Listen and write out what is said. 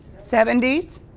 seventies?